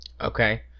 Okay